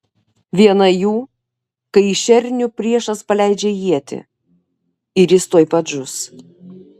viena jų kai į šernių priešas paleidžia ietį ir jis tuoj pat žus